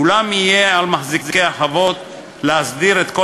אולם יהיה על מחזיקי החוות להסדיר את כל